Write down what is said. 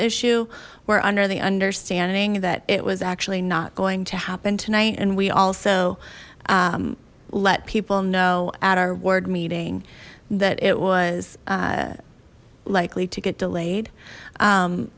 issue were under the understanding that it was actually not going to happen tonight and we also let people know at our ward meeting that it was likely to get delayed